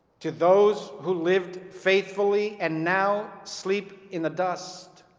to those who lived faithfully and now sleep in the dust.